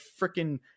freaking